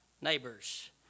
neighbor's